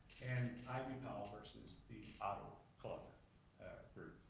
and ivy powell versus the auto club group.